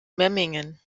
memmingen